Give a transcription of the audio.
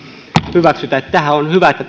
hyväksytä on hyvä että